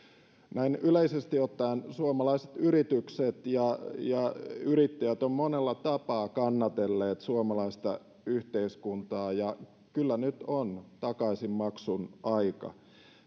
näin yleisesti ottaen suomalaiset yritykset ja ja yrittäjät ovat monella tapaa kannatelleet suomalaista yhteiskuntaa ja kyllä nyt on takaisinmaksun aika mielestäni